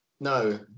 No